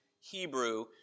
Hebrew